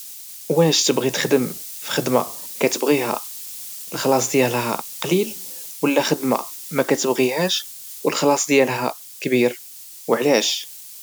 واش تبغي تخدم فخدم كتبغيها الخلاص ديالها قليل اولى خدمة مكتبغيهاش او الخلاص ديالها كبير او علاش؟